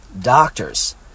doctors